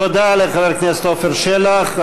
תודה לחבר הכנסת עפר שלח.